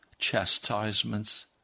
Chastisements